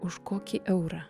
už kokį eurą